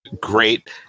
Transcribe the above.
great